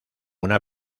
una